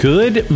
Good